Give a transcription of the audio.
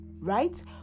right